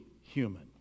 human